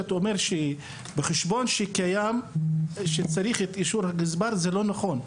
לפיה צריך את אישור הגזבר בחשבון הקיים לא נכונה.